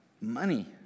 money